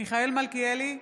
מיכאל מלכיאלי,